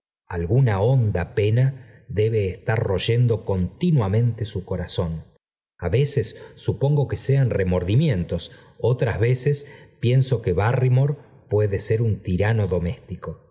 honda pena debe estar royendo continuamente su corazón a veces supongo que sean remordimientos otras veces pienso que barrymore puede ser un tirano doméstico la